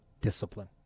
discipline